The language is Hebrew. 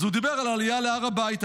אז הוא דיבר על העלייה להר הבית.